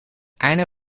einde